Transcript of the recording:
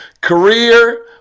Career